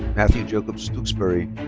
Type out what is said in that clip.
matthew jacob stooksbury.